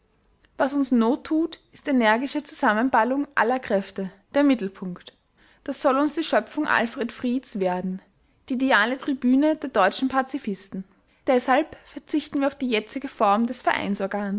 was uns not tut ist energische zusammenballung aller kräfte der mittelpunkt das soll uns die schöpfung alfred frieds werden die ideale tribüne der deutschen pazifisten deshalb verzichten wir auf die jetzige form des